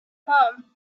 palm